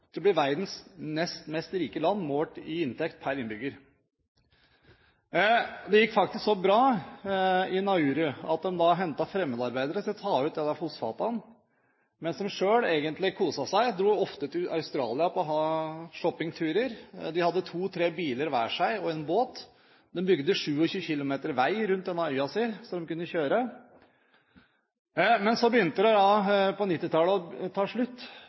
verdens nest rikeste land, målt i inntekt per innbygger. Det gikk faktisk så bra i Nauru at de hentet fremmedarbeidere til å ta ut disse fosfatene, mens de selv egentlig koste seg. De dro ofte til Australia på shoppingturer, de hadde to–tre biler hver, og en båt, de bygde 27 km vei rundt øya, så de kunne kjøre. Men så begynte det på 1990-tallet å ta slutt